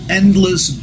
endless